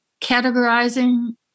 categorizing